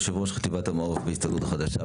יו"ר חטיבת המעו"ף בהסתדרות החדשה,